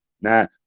now